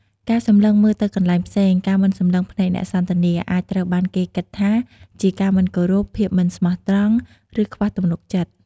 ការសម្លឹងមើលទៅកន្លែងផ្សេង ការមិនសម្លឹងភ្នែកអ្នកសន្ទនា អាចត្រូវបានគេគិតថាជាការមិនគោរព ភាពមិនស្មោះត្រង់ ឬខ្វះទំនុកចិត្ត។